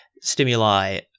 stimuli